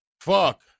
Fuck